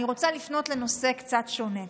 אני רוצה לפנות לנושא קצת שונה.